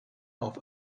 auf